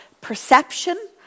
perception